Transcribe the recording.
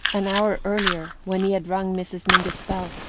an hour earlier, when he had rung mrs. mingott's bell,